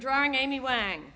drawing anyway